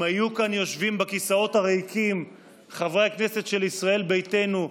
אם היו כאן יושבים בכיסאות הריקים חברי הכנסת של ישראל ביתנו,